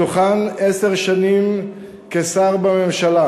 מתוכן עשר שנים כשר בממשלה,